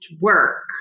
work